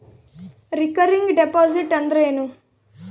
Recurring deposit ಅಂದರೇನು?